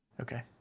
Okay